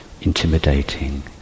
intimidating